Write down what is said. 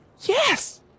Yes